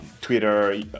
Twitter